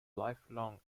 lifelong